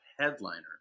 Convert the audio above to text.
headliner